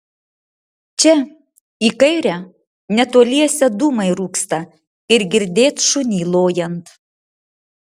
čia į kairę netoliese dūmai rūksta ir girdėt šunį lojant